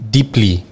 Deeply